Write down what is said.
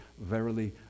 verily